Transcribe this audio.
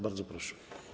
Bardzo proszę.